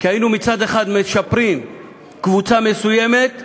כי מצד אחד היינו מצ'פרים קבוצה מסוימת,